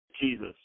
Jesus